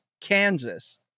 Kansas